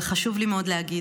אבל חשוב לי מאוד להגיד,